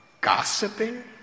gossiping